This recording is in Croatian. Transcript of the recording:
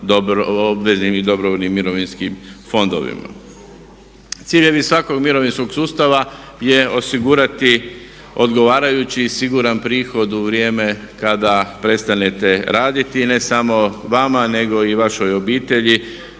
obveznim i dobrovoljnim mirovinskim fondovima. Ciljevi svakog mirovinskog sustava je osigurati odgovarajući i siguran prihod u vrijeme kada prestanete raditi ne samo vama nego i vašoj obitelji.